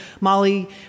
Molly